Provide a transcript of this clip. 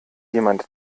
jemand